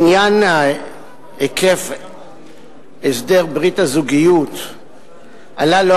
עניין היקף הסדר ברית הזוגיות עלה לא